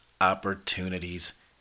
opportunities